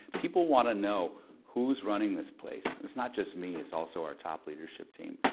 people want to know who's running this place, it's not just me, it's also our top leadership team,